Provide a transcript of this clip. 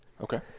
Okay